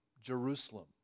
Jerusalem